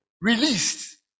released